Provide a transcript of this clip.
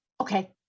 Okay